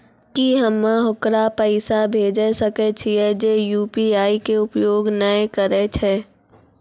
की हम्मय ओकरा पैसा भेजै सकय छियै जे यु.पी.आई के उपयोग नए करे छै?